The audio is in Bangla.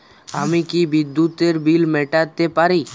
আমি কি বিদ্যুতের বিল মেটাতে পারি?